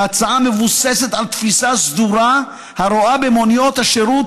שההצעה מבוססת על תפיסה סדורה הרואה במוניות השירות